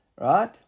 Right